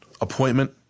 appointment